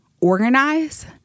organize